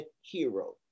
hero